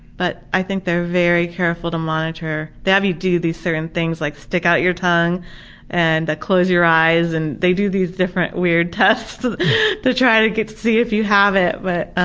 but i think they're very careful to monitor, they have you do these certain things like stick out your tongue and close your eyes, and they do these different weird tests to try to see if you have it. but ah